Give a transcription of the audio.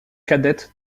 cadette